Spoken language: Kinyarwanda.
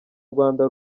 rwanda